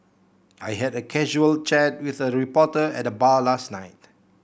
I had a casual chat with a reporter at the bar last night